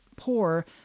poor